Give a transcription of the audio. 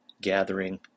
gathering